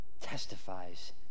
testifies